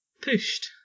pushed